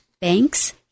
Banks